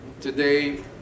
Today